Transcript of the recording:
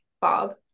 Bob